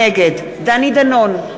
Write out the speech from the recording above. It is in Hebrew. נגד דני דנון,